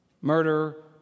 Murder